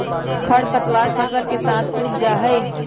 खर पतवार फसल के साथ उग जा हई